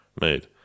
made